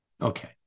Okay